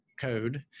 code